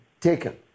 taken